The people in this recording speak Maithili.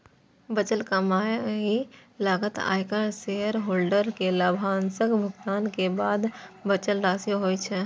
बचल कमाइ लागत, आयकर, शेयरहोल्डर कें लाभांशक भुगतान के बाद बचल राशि होइ छै